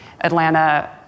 Atlanta